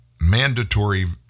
mandatory